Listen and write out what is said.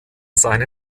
seine